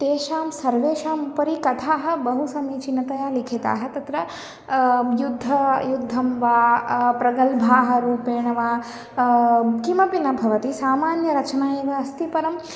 तेषां सर्वेषाम् उपरि कथाः बहू समीचीनतया लिखिताः तत्र युद्धः युद्धं वा प्रगल्भाः रूपेण वा किमपि न भवति सामान्यरचना एव अस्ति परम्